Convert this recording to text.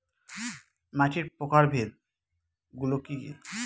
মাটির প্রকারভেদ গুলো কি কী?